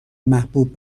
محبوب